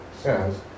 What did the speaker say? says